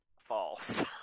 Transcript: False